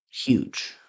Huge